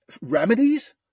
remedies